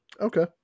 Okay